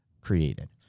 created